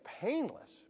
painless